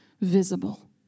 visible